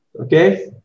Okay